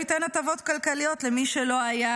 הוא ייתן הטבות כלכליות למי שלא היה